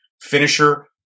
finisher